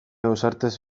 ausartez